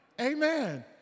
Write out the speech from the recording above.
Amen